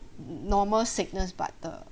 normal sickness but the